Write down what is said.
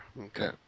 Okay